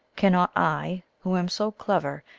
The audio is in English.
cannot i, who am so clever,